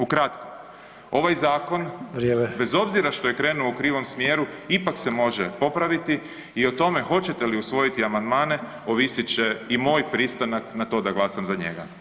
Ukratko, ovaj zakon [[Upadica: Vrijeme.]] bez obzira što je krenuo u krivom smjeru, ipak se može popraviti i o tome hoćete li usvojiti amandmane ovisit će i moj pristanak na to da glasam za njega.